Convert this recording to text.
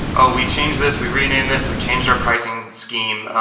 oh, we changed this, we renamed this, we changed our pricing scheme.